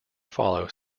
follow